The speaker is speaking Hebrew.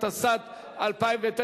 התשס"ט 2009,